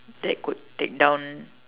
that could take down